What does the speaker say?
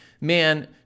man